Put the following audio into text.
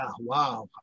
wow